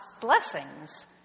blessings